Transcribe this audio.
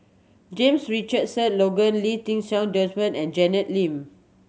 James Richardson Logan Lee Ti Seng Desmond and Janet Lim